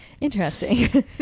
Interesting